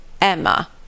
Emma